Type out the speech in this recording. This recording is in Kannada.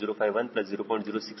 0510